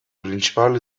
principali